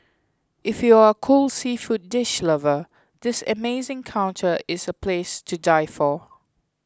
if you are a cold seafood dish lover this amazing counter is a place to die for